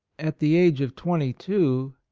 at the age of twenty two,